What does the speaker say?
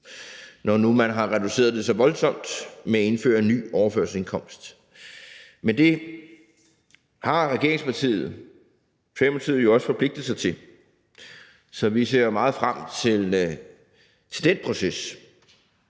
nu man har reduceret det så voldsomt ved at indføre en ny overførselsindkomst. Men det har regeringspartiet, Socialdemokratiet, jo også forpligtet sig til, så vi ser meget frem til den proces.